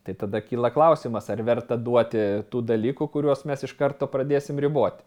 tai tada kyla klausimas ar verta duoti tų dalykų kuriuos mes iš karto pradėsim riboti